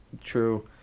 True